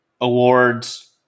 awards